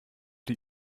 die